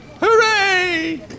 Hooray